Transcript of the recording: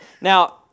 Now